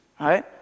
right